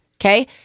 okay